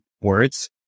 words